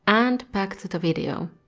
and back to the video.